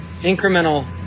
incremental